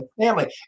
family